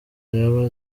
yaba